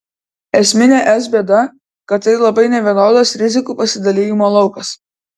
esminė es bėda kad tai labai nevienodas rizikų pasidalijimo laukas